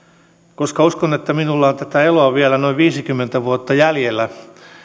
koska uskon että minulla on tätä eloa vielä noin viisikymmentä vuotta jäljellä